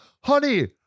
honey